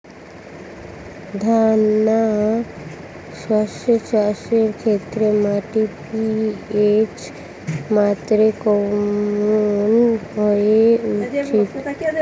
দানা শস্য চাষের ক্ষেত্রে মাটির পি.এইচ মাত্রা কেমন হওয়া উচিৎ?